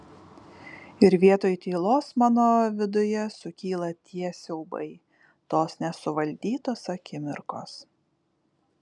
ir vietoj tylos mano viduje sukyla tie siaubai tos nesuvaldytos akimirkos